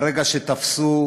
ברגע שתפסו